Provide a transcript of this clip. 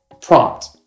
prompt